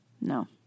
No